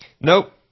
Nope